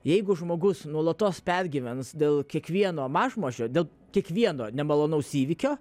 jeigu žmogus nuolatos pergyvens dėl kiekvieno mažmožio dėl kiekvieno nemalonaus įvykio